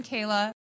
Kayla